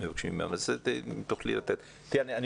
אנחנו